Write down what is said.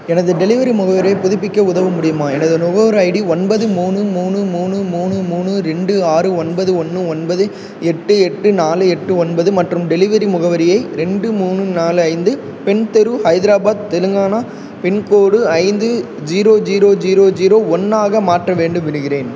எனது டெலிவரி முகவரியைப் புதுப்பிக்க உதவ முடியுமா எனது நுகர்வோர் ஐடி ஒன்பது மூணு மூணு மூணு மூணு மூணு ரெண்டு ஆறு ஒன்பது ஒன்று ஒன்பது எட்டு எட்டு நாலு எட்டு ஒன்பது மற்றும் டெலிவரி முகவரியை ரெண்டு மூணு நாலு ஐந்து பென் தெரு ஹைதராபாத் தெலுங்கானா பின்கோடு ஐந்து ஜீரோ ஜீரோ ஜீரோ ஜீரோ ஒன்றாக மாற்ற வேண்டுகிறேன்